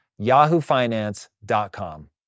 yahoofinance.com